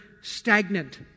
stagnant